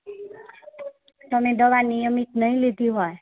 તમે દવા નિયમિત નહીં લીધી હોય